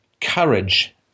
courage